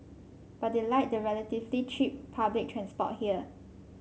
but they like the relatively cheap public transport here